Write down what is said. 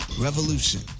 revolution